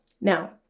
Now